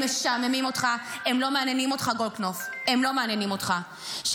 הם משעממים אותך, הם לא מעניינים אותך, גולדקנופ.